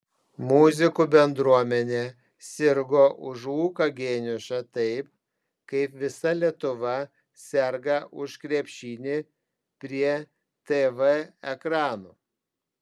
muzikų bendruomenė sirgo už luką geniušą taip kaip visa lietuva serga už krepšinį prie tv ekranų